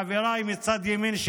חבריי מצד ימין,